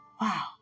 Wow